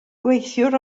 gweithiwr